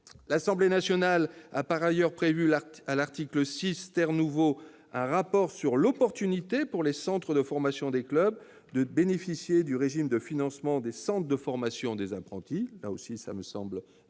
L'Assemblée nationale a, par ailleurs, prévu à l'article 6 un rapport sur l'opportunité pour les centres de formation des clubs de bénéficier du régime de financement des centres de formation des apprentis. Cela aussi me semble